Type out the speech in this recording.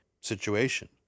situation